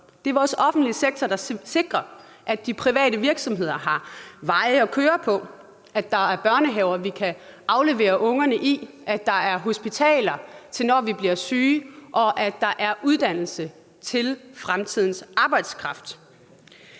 Det er vores offentlige sektor, der sikrer, at de private virksomheder har veje at køre på; at der er børnehaver, vi kan aflevere ungerne i; at der er hospitaler, når vi bliver syge; og at der er uddannelse til fremtidens arbejdskraft.